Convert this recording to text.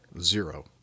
zero